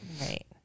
Right